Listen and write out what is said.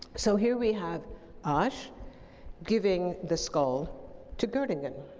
so, here we have asch giving the skull to gottingen.